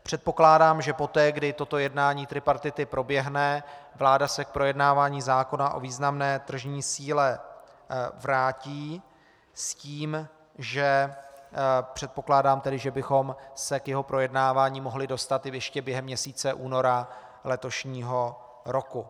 Předpokládám, že poté, kdy toto jednání tripartity proběhne, vláda se k projednávání zákona o významné tržní síle vrátí s tím, že předpokládám, že bychom se k jeho projednávání mohli dostat ještě během měsíce února letošního roku.